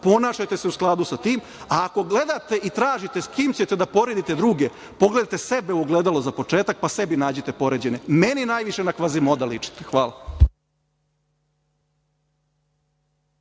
Ponašajte se u skladu sa tim, a ako gledate i tražite s kim ćete da poredite druge pogledajte sebe u ogledalo za početak, pa sebi nađite poređenje. Meni najviše na Kvazimoda ličite. Hvala.